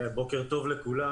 בוקר טוב לכולם.